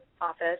office